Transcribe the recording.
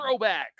throwbacks